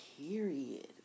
period